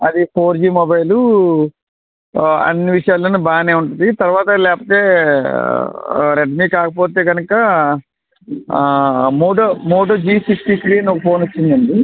అది four G mobile అన్ని విషయాల్లోనూ బాగానే ఉంటుంది తర్వాత లేకపోతే రెడ్మీ కాకపోతే కనుక Moto Moto G sixty three అని ఒక ఫోన్ వచ్చిందండి